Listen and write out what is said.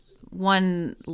one